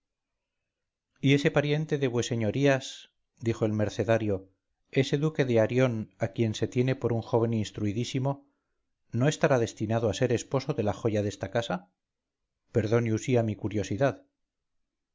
y ese pariente de vueseñorías dijo el mercenario ese duque de arión a quien se tiene por un joven instruidísimo no estará destinado a ser esposo de la joya de esta casa perdone usía mi curiosidad